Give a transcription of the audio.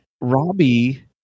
Robbie